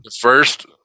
First